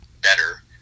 better